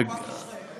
למה בנק ישראל?